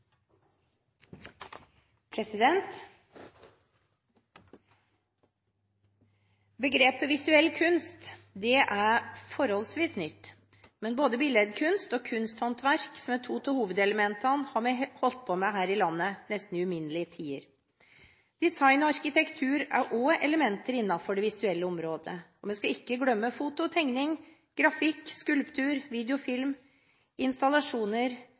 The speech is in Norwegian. forholdsvis nytt, men både billedkunst og kunsthåndverk, som er to av hovedelementene, har vi holdt på med her i landet nesten i uminnelige tider. Design og arkitektur er også elementer innenfor det visuelle området, og vi skal ikke glemme foto, tegning, grafikk, skulptur, video/film, installasjoner,